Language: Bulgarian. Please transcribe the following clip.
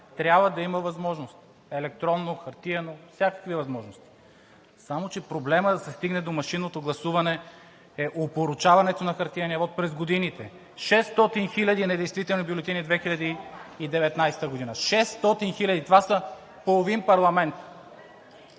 трябва да има възможност, електронно, хартиено, всякакви възможности. Само че проблемът, за да се стигне до машинното гласуване е опорочаването на хартиения вот през годините – 600 хиляди недействителни бюлетини през 2019 г. Шестстотин хиляди! Това е половин парламент!